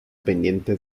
pendiente